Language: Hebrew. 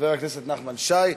חבר הכנסת נחמן שי.